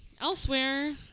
elsewhere